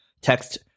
Text